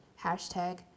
hashtag